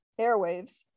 airwaves